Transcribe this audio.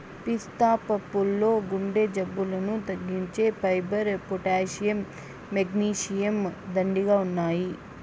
పిస్తా పప్పుల్లో గుండె జబ్బులను తగ్గించే ఫైబర్, పొటాషియం, మెగ్నీషియం, దండిగా ఉన్నాయి